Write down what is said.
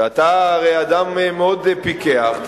ואתה הרי אדם מאוד פיקח.